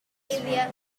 and